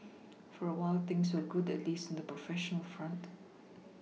for a while things were good at least in the professional front